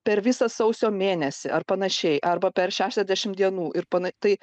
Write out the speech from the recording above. per visą sausio mėnesį ar panašiai arba per šešiasdešim dienų ir pana tai